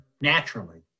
naturally